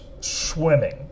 swimming